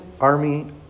army